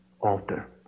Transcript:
altar